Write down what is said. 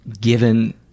given